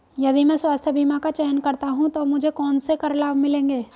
यदि मैं स्वास्थ्य बीमा का चयन करता हूँ तो मुझे कौन से कर लाभ मिलेंगे?